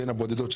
בין הבודדות,